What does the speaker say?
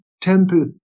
temple